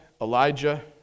Elijah